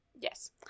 Yes